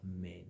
men